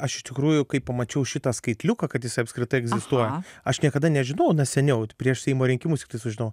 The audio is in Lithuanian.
aš iš tikrųjų kai pamačiau šitą skaitliuką kad jisai apskritai egzistuoja aš niekada nežinojau na seniau prieš seimo rinkimus tiktai sužinojau